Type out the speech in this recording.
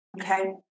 Okay